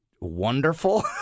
wonderful